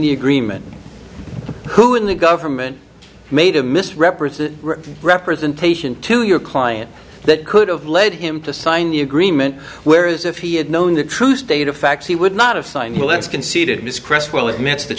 the agreement who in the government made a misrepresented representation to your client that could have led him to sign the agreement whereas if he had known the true state of facts he would not have signed let's conceded miss crystal admits that